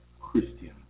Christian